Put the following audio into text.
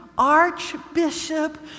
Archbishop